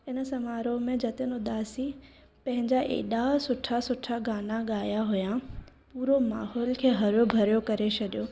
इन समारोह में जतिन उदासी पंहिंजा एॾा सुठा सुठा गाना ॻाया हुया पूरो माहोल खे हरो भरो करे छॾियो